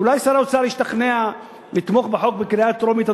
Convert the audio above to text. אולי שר האוצר ישתכנע לתמוך בחוק בקריאה טרומית.